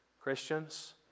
Christians